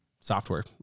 software